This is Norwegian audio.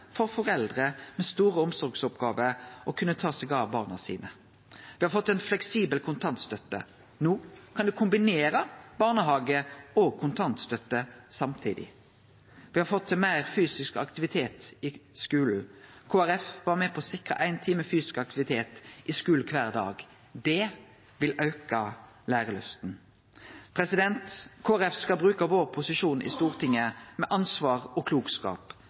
for foreldre med store omsorgsoppgåver å kunne ta seg av barna sine. Me har fått ei fleksibel kontantstøtte. No kan ein kombinere barnehage og kontantstøtte samtidig. Me har fått til meir fysisk aktivitet i skulen. Kristeleg Folkeparti var med på å sikre éin time fysisk aktivitet i skulen kvar dag. Det vil auke lærelysta. Kristeleg Folkeparti skal bruke sin posisjon i Stortinget med ansvar og klokskap.